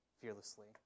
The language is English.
fearlessly